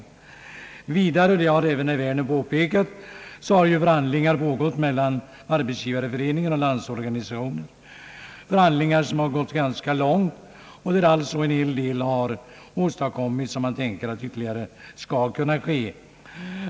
Vidare har, såsom herr Werner påpekade, förhandlingar i frågan pågått mellan Arbetsgivareföreningen och Landsorganisationen. Förhandlingarna har nått ganska långt och man har kommit överens om en hel del. Man tänker sig att ytterligare något skall kunna göras.